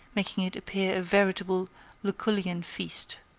making it appear a veritable lucullean feast.